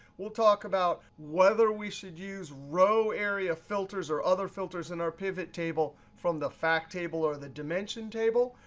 we'll talk about whether we should use row area filters or other filters in our pivottable from the fact table or the dimension table.